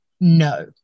no